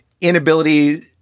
inability